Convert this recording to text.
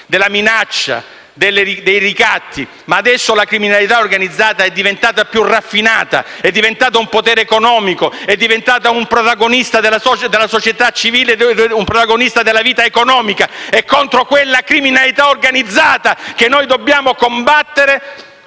della minaccia e dei ricatti. Adesso la criminalità organizzata è diventata più raffinata, è diventata un potere economico, un protagonista della società civile e della vita economica ed è contro quella criminalità organizzata che dobbiamo combattere,